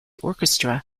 orchestra